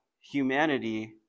humanity